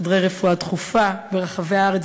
חדרי רפואה דחופה ברחבי הארץ,